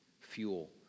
fuel